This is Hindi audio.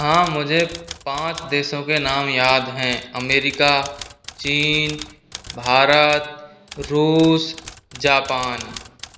हाँ मुझे पाँच देशों के नाम याद हैं अमेरिका चीन भारत रूस जापान